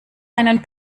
einen